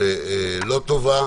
לא טובה,